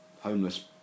homeless